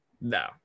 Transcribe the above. No